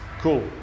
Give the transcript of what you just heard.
cool